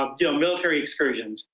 um you know, military excursions.